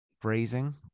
phrasing